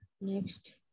Next